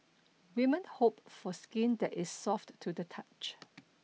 women hope for skin that is soft to the touch